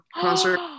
concert